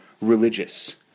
religious